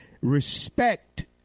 respect